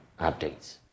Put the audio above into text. updates